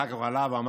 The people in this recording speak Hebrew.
אחר כך הוא עלה ואמר: